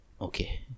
Okay